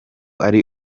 ari